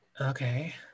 Okay